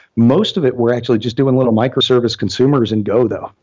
most of it were actually just doing little micro-service consumers in go though.